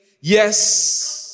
yes